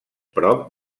prop